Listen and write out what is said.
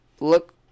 look